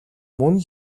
мөн